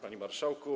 Panie Marszałku!